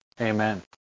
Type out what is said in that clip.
Amen